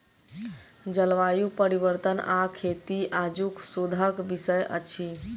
जलवायु परिवर्तन आ खेती आजुक शोधक विषय अछि